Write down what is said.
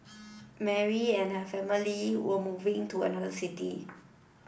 Mary and her family were moving to another city